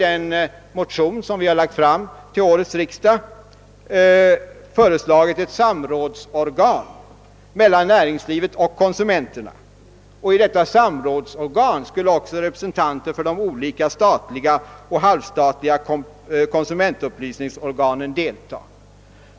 en motion till årets riksdag föreslagit att organ för samråd mellan näringslivet och konsumenterna, och i detta samrådsorgan skulle också representanter för olika statliga och halvstatliga konsumentupplysningsorgan delta.